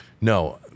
No